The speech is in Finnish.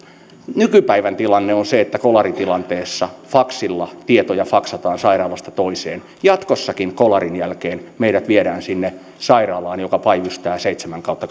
nykypäivän tilanne on se että kolaritilanteessa faksilla tietoja faksataan sairaalasta toiseen jatkossakin kolarin jälkeen meidät viedään sinne sairaalaan joka päivystää seitsemän kautta